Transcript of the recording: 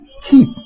keep